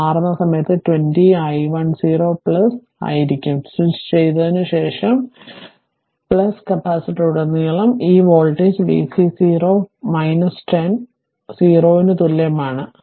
അത് മാറുന്ന സമയത്ത് 20 i 1 0 ആയിരിക്കും സ്വിച്ച് ചെയ്തതിനുശേഷം കപ്പാസിറ്ററിലുടനീളം ഈ വോൾട്ടേജ് vc 0 10 0 ന് തുല്യമാണ്